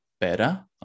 better